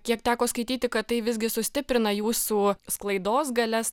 kiek teko skaityti kad tai visgi sustiprina jūsų sklaidos galias